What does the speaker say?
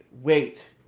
wait